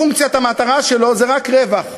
פונקציית המטרה שלו זה רק רווח,